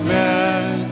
man